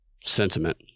sentiment